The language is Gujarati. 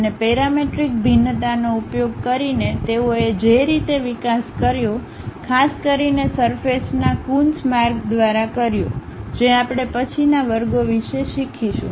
અને પેરામેટ્રિક ભિન્નતાનો ઉપયોગ કરીને તેઓએ જે રીતે વિકાસ કર્યો ખાસ કરીને સરફેસના કૂન્સ માર્ગ દ્વારા કર્યો જે આપણે પછીના વર્ગો વિશે શીખીશું